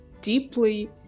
deeply